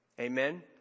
Amen